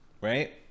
Right